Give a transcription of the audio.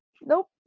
Nope